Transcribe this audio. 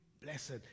Blessed